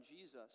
Jesus